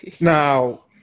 Now